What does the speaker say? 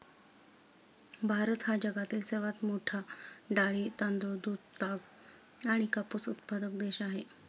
भारत हा जगातील सर्वात मोठा डाळी, तांदूळ, दूध, ताग आणि कापूस उत्पादक देश आहे